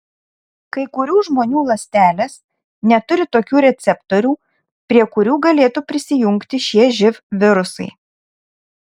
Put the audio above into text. kai kurių žmonių ląstelės neturi tokių receptorių prie kurių galėtų prisijungti šie živ virusai